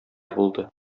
булды